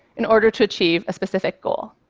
in order to achieve a specific goal.